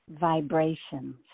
vibrations